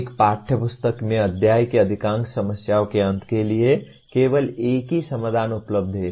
एक पाठ्य पुस्तक में अध्याय की अधिकांश समस्याओं के अंत के लिए केवल एक ही समाधान उपलब्ध है